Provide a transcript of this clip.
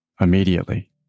immediately